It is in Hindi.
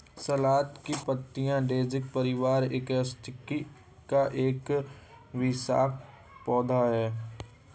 सलाद की पत्तियाँ डेज़ी परिवार, एस्टेरेसिया का एक वार्षिक पौधा है